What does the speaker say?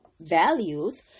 values